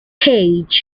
stage